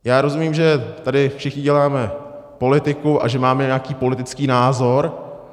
Já rozumím, že tady všichni děláme politiku a že máme nějaký politický názor.